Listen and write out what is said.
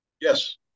Yes